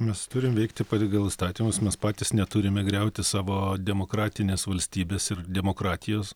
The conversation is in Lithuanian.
mes turim veikti pagal įstatymus mes patys neturime griauti savo demokratinės valstybės ir demokratijos